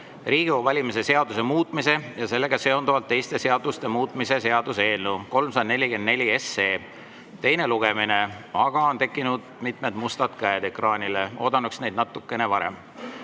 Riigikogu valimise seaduse muutmise ja sellega seonduvalt teiste seaduste muutmise seaduse eelnõu 344 teine lugemine. Aga on tekkinud mitmed mustad käed ekraanile. Oodanuks neid natukene varem.